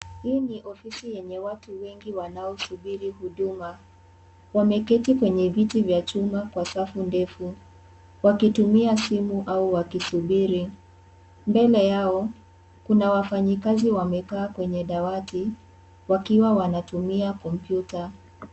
Hii ni ofisi yenye watu wengi wanaosubiri huduma, wameketi kwenye viti vya chuma kwa safu ndefu. Wakitumia simu au wakisubiri. Mbele yao, kuna wafanyakazi wamekaa kwenye dawati, wakiwa wanatumia kompyuta.